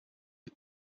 had